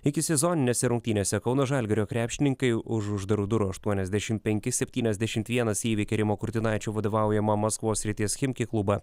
ikisezoninėse rungtynėse kauno žalgirio krepšininkai už uždarų durų aštuoniasdešimt penki septyniasdešimt vienas įveikė rimo kurtinaičio vadovaujamą maskvos srities chimki klubą